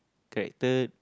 character